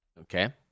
Okay